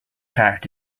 tart